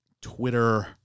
Twitter